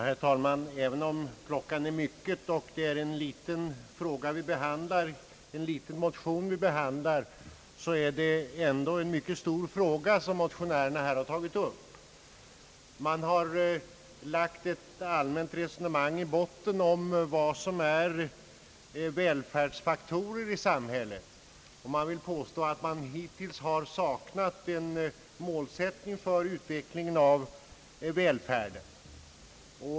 Herr talman! Även om klockan är mycket och det är en liten motion vi behandlar, så är det en mycket stor fråga som motionärerna här tagit upp. Man har i botten ett allmänt resonemang om vad som är välfärdsfaktorer i samhället, och man vill påstå att vi hittills har saknat en målsättning för utvecklingen av välfärden.